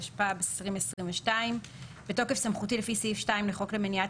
התשפ"ב-2021 בתוקף סמכותי לפי סעיף 2 לחוק למניעת